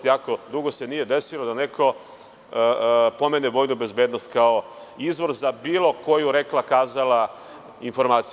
Jako dugo se nije desilo da neko pomene vojnu bezbednost kao izvor za bilo koju „rekla-kazala“ informaciju.